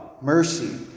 mercy